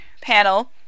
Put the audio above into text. panel